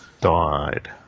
died